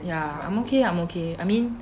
ya I'm okay I'm okay I mean